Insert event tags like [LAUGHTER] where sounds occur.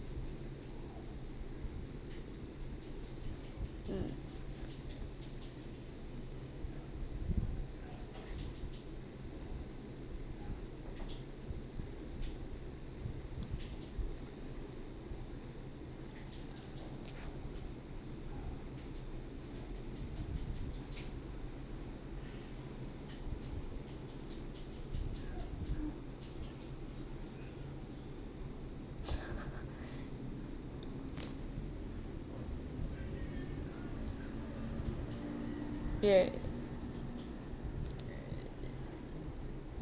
mm [LAUGHS] ya